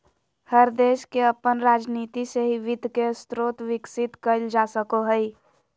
हर देश के अपन राजनीती से ही वित्त के स्रोत विकसित कईल जा सको हइ